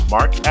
Mark